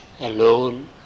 alone